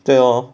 对 lor